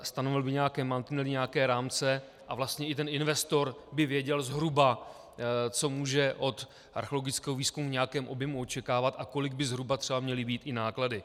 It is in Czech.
Stanovily by nějaké mantinely, nějaké rámce a vlastně investor by věděl zhruba, co může od archeologického výzkumu v nějakém objemu očekávat a kolik by zhruba měly být i náklady.